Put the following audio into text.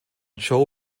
joe